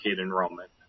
enrollment